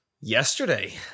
yesterday